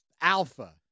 Alpha